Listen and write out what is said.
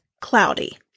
cloudy